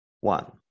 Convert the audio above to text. one